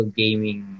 gaming